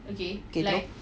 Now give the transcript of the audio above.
okay go